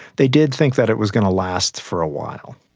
they did think that it was going to last for a while.